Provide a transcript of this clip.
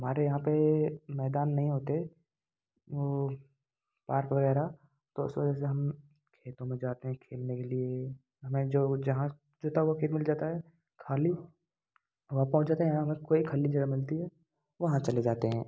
हमारे यहाँ पर मैदान नहीं होते और पार्क वगैरह तो उस वजह से हम खेतों में जाते हैं खेलने के लिए हमें जो जहाँ जोता हुआ खेत मिल जाता है खाली हम वहाँ पहुँच जाते हैं अगर कोई खाली जगह मिलती है वहाँ चले जाते हैं